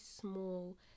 small